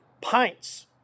PINTS